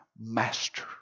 Master